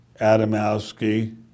Adamowski